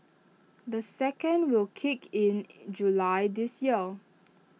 the second will kick in in July this year